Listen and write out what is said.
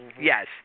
Yes